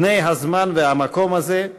בני הזמן והמקום הזה,